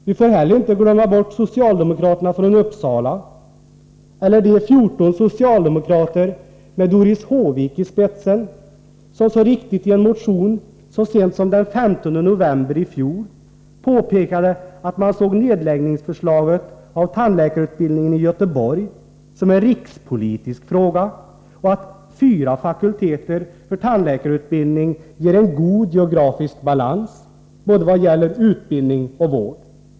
Vi får inte heller glömma bort socialdemokraterna från Uppsala eller de 14 socialdemokrater med Doris Håvik i spetsen som så riktigt i en motion så sent som den 15 november i fjol påpekade att man ansåg förslaget om nedläggning av tandläkarutbildningen i Göteborg som en rikspolitisk fråga och att fyra fakulteter för tandläkarutbildning skulle ge en god geografisk balans, vad gäller både utbildning och vård.